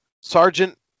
Sergeant